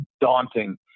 daunting